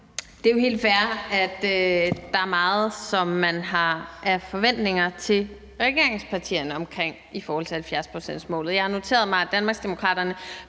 Det er jo helt fair, at der er meget, som man har forventninger til hos regeringspartierne i forhold til 70-procentsmålet. Jeg har noteret mig, at Danmarksdemokraterne